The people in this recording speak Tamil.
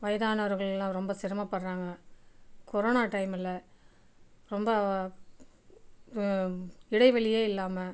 வயதானவர்கள்லாம் ரொம்ப சிரமப்படுறாங்க கொரோனா டைமில் ரொம்ப இடைவெளியே இல்லாமல்